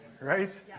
Right